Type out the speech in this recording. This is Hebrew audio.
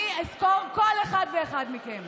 אני אזכור כל אחד ואחד מכם.